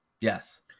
Yes